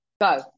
Go